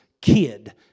kid